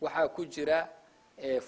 well how could you that if